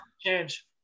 change